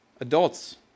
Adults